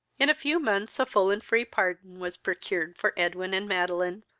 in a few months a full and free pardon was procured for edwin and madeline,